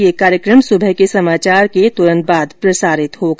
यह कार्यक्रम सुबह के समाचार के तुरंत बाद प्रसारित होगा